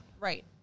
Right